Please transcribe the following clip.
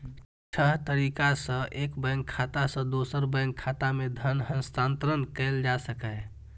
छह तरीका सं एक बैंक खाता सं दोसर बैंक खाता मे धन हस्तांतरण कैल जा सकैए